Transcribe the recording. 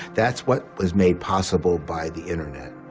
that's what was made possible by the internet.